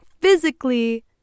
physically